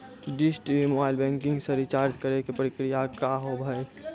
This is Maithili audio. डिश टी.वी मोबाइल बैंकिंग से रिचार्ज करे के प्रक्रिया का हाव हई?